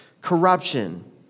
corruption